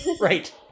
Right